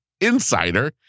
insider